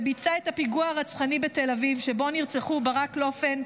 שביצע את הפיגוע הרצחני בתל אביב שבו נרצחו ברק לופן,